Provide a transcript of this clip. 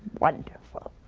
wonderful!